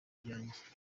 byanjye